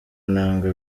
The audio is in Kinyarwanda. inanga